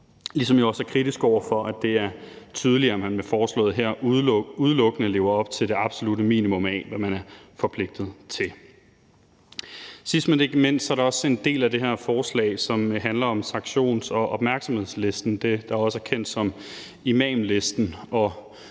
ligesom jeg også er kritisk over for, at det er tydeligt, at man med forslaget her udelukkende lever op til det absolutte minimum af, hvad man er forpligtet til. Sidst, men ikke mindst, er der også en del af det her forslag, som handler om sanktions- og opmærksomhedslisten, det, der også er kendt som imamlisten.